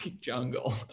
jungle